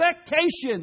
expectations